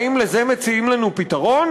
האם לזה מציעים לנו פתרון?